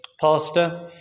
pastor